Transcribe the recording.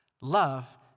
Love